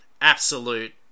absolute